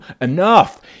enough